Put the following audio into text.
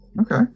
okay